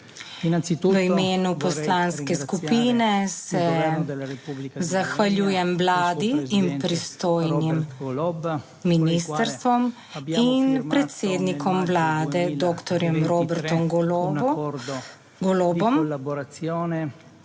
V imenu poslanske skupine se zahvaljujem vladi in pristojnim ministrstvom in predsednikom vlade, doktorjem Robertom Golobom,